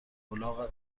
الاغت